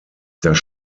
das